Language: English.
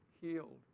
healed